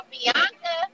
Bianca